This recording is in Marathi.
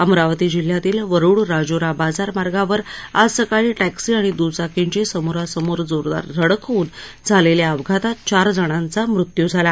अमरावती जिल्ह्यातील वरुड राजुरा बाजार मार्गावर आज सकाळी टॅक्सी आणि दुचाकींची समोरासमोर जोरदार धडक होऊन झालेल्या अपघातात चार जणांचा मृत्यू झाला